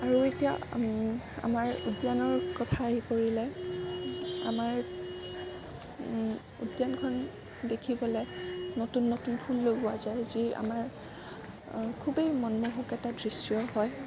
আৰু এতিয়া আমাৰ উদ্য়ানৰ কথা আহি পৰিলে আমাৰ উদ্য়ানখন দেখিবলৈ নতুন নতুন ফুল লগোৱা যায় যি আমাৰ খুবেই মনোমোহক এটা দৃশ্য় হয়